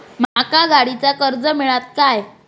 माका गाडीचा कर्ज मिळात काय?